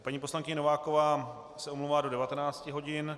Paní poslankyně Nováková se omlouvá do 19 hodin.